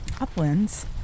uplands